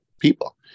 people